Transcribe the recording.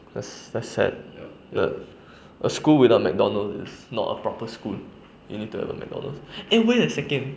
that's that's sad a a school without mcdonalds is not a proper school you need to have a mcdonalds eh wait a second